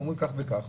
אומרים כך וכך.